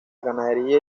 ganadería